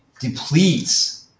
depletes